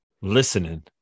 Listening